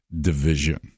division